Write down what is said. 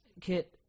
Kit